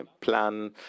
plan